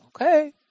Okay